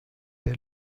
der